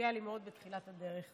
שסייע לי מאוד בתחילת הדרך.